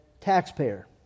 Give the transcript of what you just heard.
taxpayer